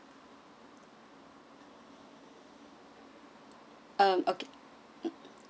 uh okay